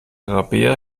rabea